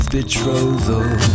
Betrothal